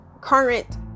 current